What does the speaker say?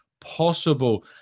Possible